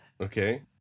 Okay